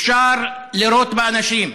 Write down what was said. אפשר לירות באנשים,